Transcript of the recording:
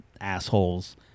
assholes